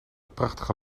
prachtige